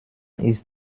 ist